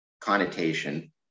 connotation